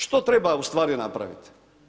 Što treba ustvari napraviti?